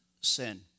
sin